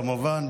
כמובן,